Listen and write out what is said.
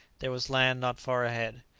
there was land not far ahead.